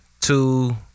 Two